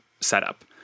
setup